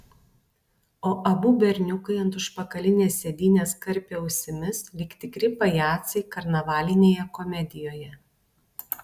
o abu berniukai ant užpakalinės sėdynės karpė ausimis lyg tikri pajacai karnavalinėje komedijoje